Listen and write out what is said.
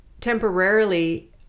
temporarily